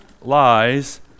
lies